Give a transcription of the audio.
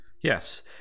yes